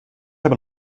habe